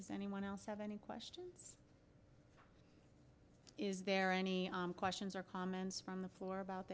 s anyone else have any questions is there any questions or comments from the floor about